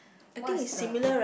what is the